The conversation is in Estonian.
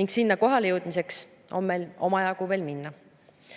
ning sinna kohale jõudmiseks on meil veel omajagu